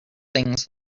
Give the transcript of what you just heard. things